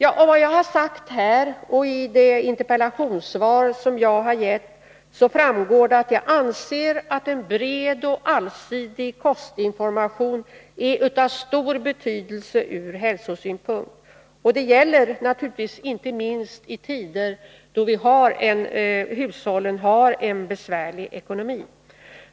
Av vad jag har sagt här och av det interpellationssvar som jag har lämnat framgår att jag anser att en bred och allsidig kostinformation är av stor betydelse ur hälsosynpunkt. Det gäller naturligtvis inte minst i tider då hushållen har det ekonomiskt besvärligt.